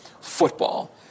football